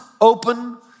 open